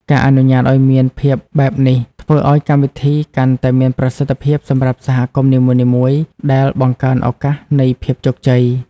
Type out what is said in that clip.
ការអនុញ្ញាតឱ្យមានភាពបែបនេះ ធ្វើឱ្យកម្មវិធីកាន់តែមានប្រសិទ្ធភាពសម្រាប់សហគមន៍នីមួយៗ ដែលបង្កើនឱកាសនៃភាពជោគជ័យ។